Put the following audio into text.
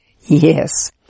Yes